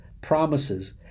promises